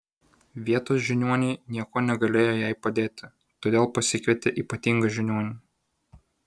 vietos žiniuoniai niekuo negalėjo jai padėti todėl pasikvietė ypatingą žiniuonį